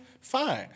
fine